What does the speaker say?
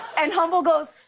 and humble goes,